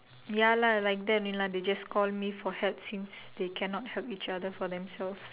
ya lah like that only lah they just call me for help since they cannot help each other for themselves